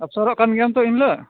ᱚᱵᱥᱚᱨᱚᱜ ᱠᱟᱱ ᱜᱮᱭᱟᱢ ᱛᱚ ᱮᱱᱦᱤᱞᱳᱜ